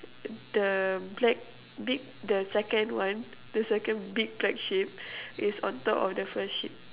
the black big the second one the second big black sheep is on top of the first sheep